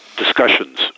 discussions